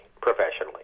professionally